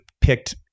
picked